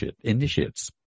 initiates